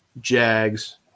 Jags